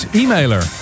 emailer